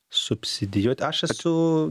subsidijuoti aš esu